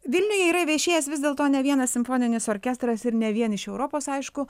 vilniuje yra viešėjęs vis dėlto ne vienas simfoninis orkestras ir ne vien iš europos aišku